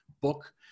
book